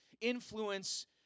influence